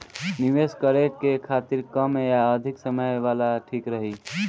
निवेश करें के खातिर कम या अधिक समय वाला ठीक रही?